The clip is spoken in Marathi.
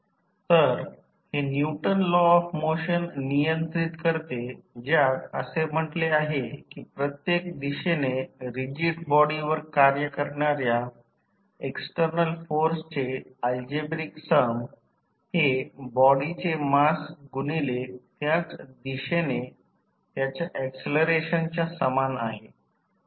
तर हे न्यूटन लॉ ऑफ मोशन नियंत्रित करते ज्यात असे म्हटले आहे की प्रत्येक दिशेने रिजिड बॉडी वर कार्य करणार्या एक्सटर्नल फोर्सचे अल्जेब्रिक सम हे बॉडीचे मास गुणिले त्याच दिशेने त्याच्या ऍक्सलरेशनच्या समान आहे